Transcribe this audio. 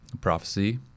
prophecy